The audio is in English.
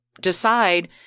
decide